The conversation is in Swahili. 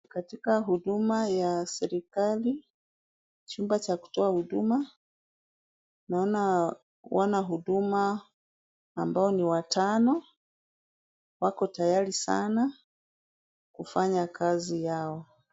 Katika huduma ya serikali, chumba cha kutoa huduma naona wanahuduma ambao ni watano wako tayari sana kufanya kazi yao.